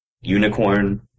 unicorn